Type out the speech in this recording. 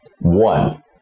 One